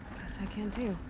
guess i can too.